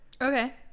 okay